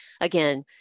again